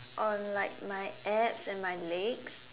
on like my abs and my legs